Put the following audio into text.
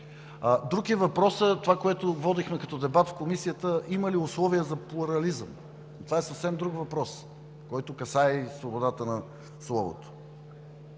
Друг е въпросът и това, което водихме като дебат в Комисията: има ли условия за плурализъм? Това е съвсем друг въпрос, който касае и свободата на словото.